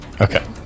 Okay